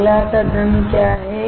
अगला कदम क्या है